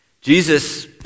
Jesus